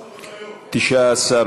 של הרשויות המקומיות במקום,